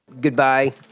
Goodbye